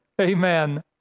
Amen